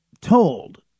told